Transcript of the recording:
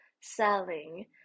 selling